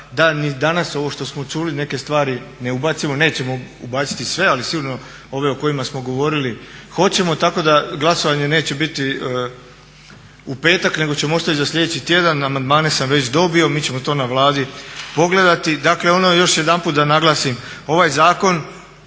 ni danas ovo što smo čuli, neke stvari ne ubacimo, nećemo ubaciti sve ali sigurno ove o kojima smo govorili hoćemo. Tako da glasovanje neće biti u petak nego ćemo ostaviti za sljedeći tjedan. Amandmane sam već dobio. Mi ćemo to na Vladi pogledati. Dakle, ono još jedanput da naglasim ovaj zakon